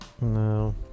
No